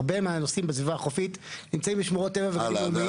הרבה מהנושאים בסביבה החופית נמצאים בשמורות טבע וגנים לאומיים.